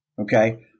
Okay